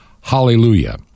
hallelujah